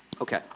Okay